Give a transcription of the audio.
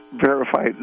verified